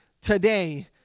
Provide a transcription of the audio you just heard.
today